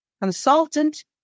consultant